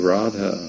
Radha